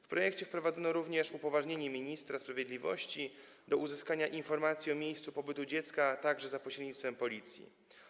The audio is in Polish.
W projekcie wprowadzono również upoważnienie dla ministra sprawiedliwości do uzyskania informacji o miejscu pobytu dziecka także za pośrednictwem Policji.